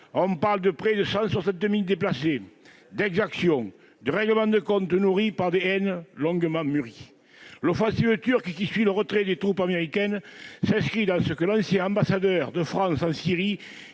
on parle de près de 160 000 déplacés, d'exactions, de règlements de compte nourris par des haines longuement mûries. L'offensive turque, qui suit le retrait des troupes américaines, s'inscrit dans ce que l'ancien ambassadeur de France en Syrie,